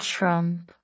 Trump